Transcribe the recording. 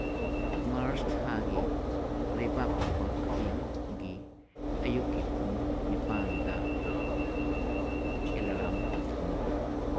March ꯊꯥꯒꯤ ꯂꯩꯕꯥꯛꯄꯣꯛꯄ ꯈꯨꯗꯤꯡꯒꯤ ꯑꯌꯨꯛꯀꯤ ꯄꯨꯡ ꯅꯤꯄꯥꯟꯗ ꯑꯦꯂꯔꯥꯝ ꯊꯝꯃꯨ